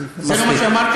טוב, מספיק, זה לא מה שאמרת?